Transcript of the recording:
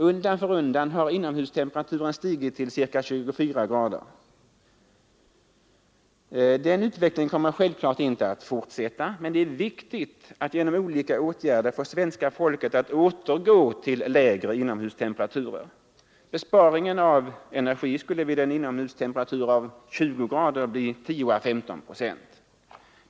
Undan för undan har inomhustemperaturen stigit till ca 24 grader. Den utvecklingen kommer självklart inte att fortsätta, men det är viktigt att genom olika åtgärder få svenska folket att återgå till lägre inomhustemperaturer. Besparingen av energi skulle vid en inomhustemperatur av 20 grader bli 10 å 15 procent.